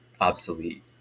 obsolete